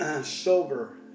sober